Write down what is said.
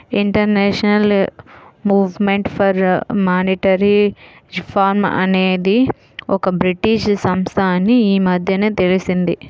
international movement for monetary reform అనేది ఒక British సంస్థ అని ఈ మధ్యనే తెలిసింది